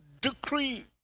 decree